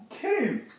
kidding